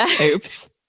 Oops